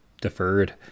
deferred